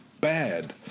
bad